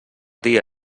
dia